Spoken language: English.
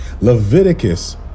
Leviticus